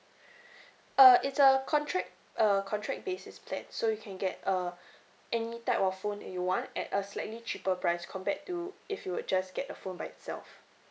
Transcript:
uh it's a contract uh contract basis plan so you can get uh any type of phone that you want at a slightly cheaper price compared to if you would just get a phone by itself